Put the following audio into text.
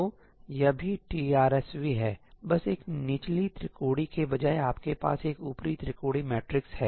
तो यह भी TRSV है बस एक निचली त्रिकोणीय के बजाय आपके पास एक ऊपरी त्रिकोणीय मैट्रिक्स है